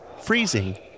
freezing